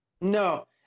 No